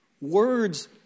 Words